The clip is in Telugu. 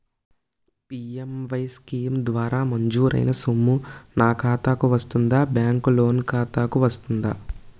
పి.ఎం.ఎ.వై స్కీమ్ ద్వారా మంజూరైన సొమ్ము నా ఖాతా కు వస్తుందాబ్యాంకు లోన్ ఖాతాకు వస్తుందా?